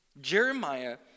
Jeremiah